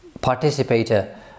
participator